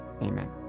Amen